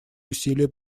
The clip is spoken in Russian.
усилия